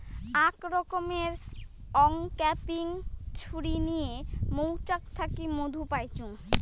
আক রকমের অংক্যাপিং ছুরি নিয়ে মৌচাক থাকি মধু পাইচুঙ